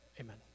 amen